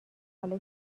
حالا